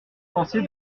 penser